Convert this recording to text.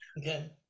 Okay